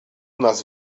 nas